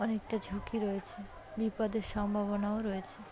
অনেকটা ঝুঁকি রয়েছে বিপদের সম্ভাবনাও রয়েছে